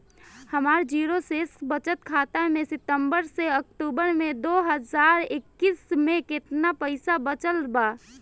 हमार जीरो शेष बचत खाता में सितंबर से अक्तूबर में दो हज़ार इक्कीस में केतना पइसा बचल बा?